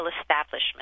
establishment